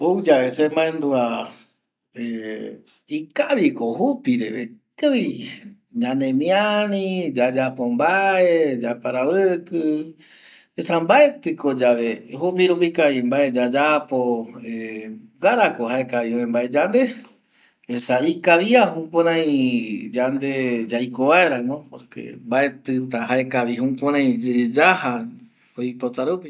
Oyave se mandua, jaekaviko jupire jaekavi yandemiari, yaparaviki esa mbaeti ye jupi rupi mbae yayapo gara jukurei mbae üe yande esa ikavia jukurei yamde yaiko vaera esa mbaeti jukurei yaja jokotarupi